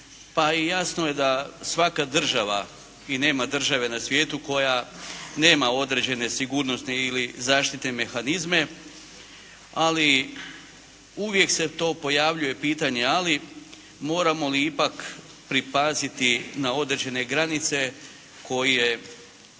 pa i jasno je da svaka država i nema države na svijetu koja nema određene sigurnosti ili zaštitne mehanizme. Ali, uvijek se to pojavljuje pitanje ali, moramo li ipak pripaziti na određene granice koje